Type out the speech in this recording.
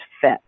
fit